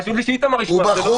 חשוב לי שאיתמר ישמע את זה.